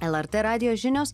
lrt radijo žinios